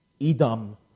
Edom